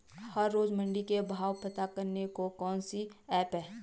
हर रोज़ मंडी के भाव पता करने को कौन सी ऐप है?